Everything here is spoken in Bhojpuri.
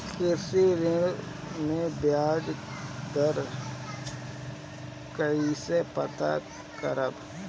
कृषि ऋण में बयाज दर कइसे पता करब?